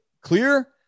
Clear